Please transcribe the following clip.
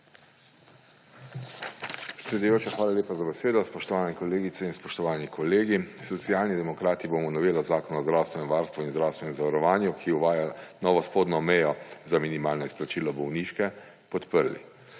hvala lepa za besedo. Spoštovane kolegice in spoštovani kolegi! Socialni demokrati bomo novelo Zakona o zdravstvenem varstvu in zdravstvenem zavarovanju, ki uvaja novo spodnjo mejo za minimalna izplačila bolniške, podprl.